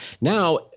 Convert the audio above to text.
now